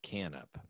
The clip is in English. Canup